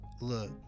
Look